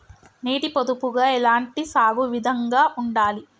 నీటి పొదుపుగా ఎలాంటి సాగు విధంగా ఉండాలి?